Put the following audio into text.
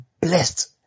blessed